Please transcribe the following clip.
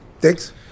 thanks